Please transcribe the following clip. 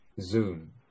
Zoom